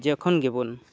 ᱡᱚᱠᱷᱚᱱ ᱜᱮᱵᱚᱱ